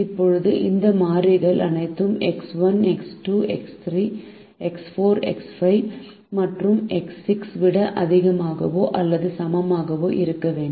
இப்போது இந்த மாறிகள் அனைத்தும் x 1 x 2 x 3 x 4 x 5 மற்றும் எக்ஸ் 6 விட அதிகமாகவோ அல்லது சமமாகவோ இருக்க வேண்டும்